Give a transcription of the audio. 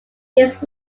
its